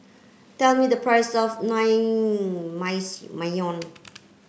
tell me the price of